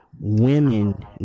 women